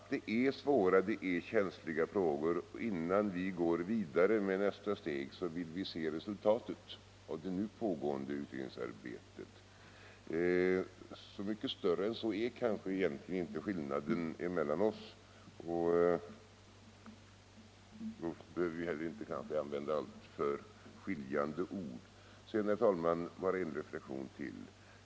Det gäller här svåra och känsliga frågor, och innan vi går vidare med nästa steg vill vi se resultaten av det nu pågående utredningsarbetet. Så mycket större än så är kanske inte skillnaden mellan oss, och då behöver vi kanske inte heller använda alltför skiljande ord. Sedan, herr talman, bara en reflexion till.